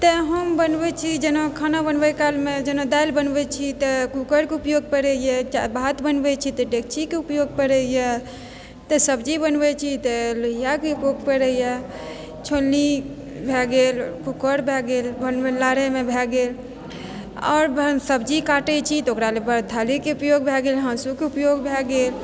तेँ हम बनबैत छी जेना खाना बनबै कालमे जेना दालि बनबैत छी तऽ कूकरके उपयोग पड़ैए आ भात बनबैत छी तऽ डेकचीके उपयोग पड़ैए तऽ सब्जी बनबैत छी तऽ लोहिआके उपयोग पड़ैए छोलनी भए गेल कूकर भए गेल लाड़यमे भए गेल आओर सब्जी काटैत छी तऽ ओकरा लेल थालीके उपयोग भए गेल हाँसूके उपयोग भए गेल